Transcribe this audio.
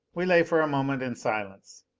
we lay for a moment in silence.